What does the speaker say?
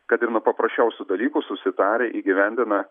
kad ir nuo paprasčiausių dalykų susitarę įgyvendina